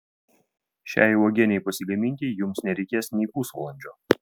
šiai uogienei pasigaminti jums nereikės nei pusvalandžio